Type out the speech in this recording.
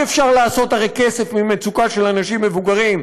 הרי אי-אפשר לעשות כסף ממצוקה של אנשים מבוגרים.